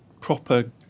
proper